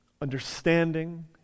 understanding